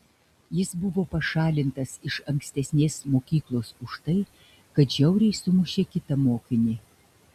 jis buvo pašalintas iš ankstesnės mokyklos už tai kad žiauriai sumušė kitą mokinį